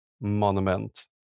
monument